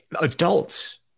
adults